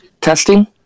testing